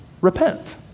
repent